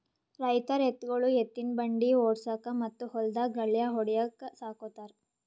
ರೈತರ್ ಎತ್ತ್ಗೊಳು ಎತ್ತಿನ್ ಬಂಡಿ ಓಡ್ಸುಕಾ ಮತ್ತ್ ಹೊಲ್ದಾಗ್ ಗಳ್ಯಾ ಹೊಡ್ಲಿಕ್ ಸಾಕೋತಾರ್